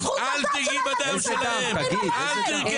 אל תגעי בדם שלהם.